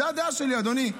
זאת הדעה שלי, אדוני.